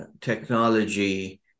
technology